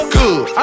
good